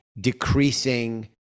decreasing